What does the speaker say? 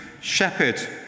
shepherd